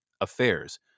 affairs